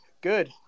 good